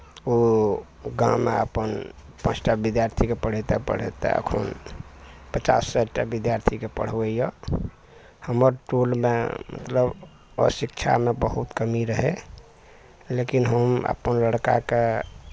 ओ गाँवमे अपन पाँच टा विद्यार्थीके पढ़ैते पढ़ैते अखन पचास साठिटा विद्यार्थीके पढ़बैय हमर टोलमे मतलब अशिक्षामे बहुत कमी रहै लेकिन हम अपन लड़काके